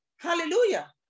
hallelujah